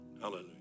Hallelujah